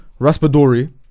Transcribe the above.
Raspadori